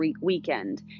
weekend